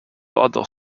other